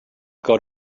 got